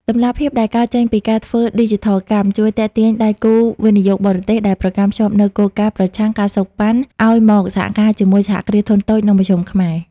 តម្លាភាពដែលកើតចេញពីការធ្វើឌីជីថលកម្ម ជួយទាក់ទាញដៃគូវិនិយោគបរទេសដែលប្រកាន់ខ្ជាប់នូវគោលការណ៍ "ប្រឆាំង ការសូកប៉ាន់" ឱ្យមកសហការជាមួយ សហគ្រាសធុនតូច និងមធ្យម ខ្មែរ។